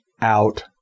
out